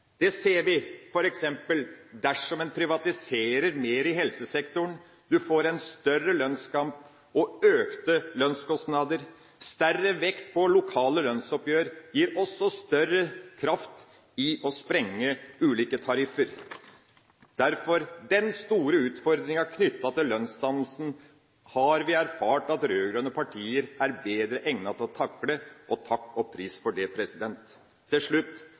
Det ser vi f.eks. dersom en privatiserer mer i helsesektoren. En får en større lønnskamp og økte lønnskostnader. Større vekt på lokale lønnsoppgjør gir også større kraft til å sprenge ulike tariffer. Derfor: Den store utfordringa knyttet til lønnsdannelsen har vi erfart at rød-grønne partier er bedre egnet til å takle – og takk og pris for det! Til slutt: